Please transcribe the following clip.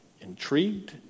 intrigued